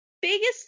biggest